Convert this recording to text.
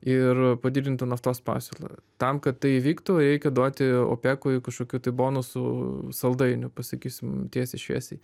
ir padidintų naftos pasiūlą tam kad tai įvyktų reikia duoti opekui kažkokių tai bonusų saldainių pasakysim tiesiai šviesiai